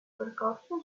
percorso